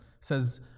says